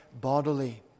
bodily